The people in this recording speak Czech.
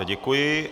Děkuji.